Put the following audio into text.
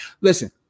Listen